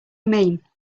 mean